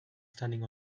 standing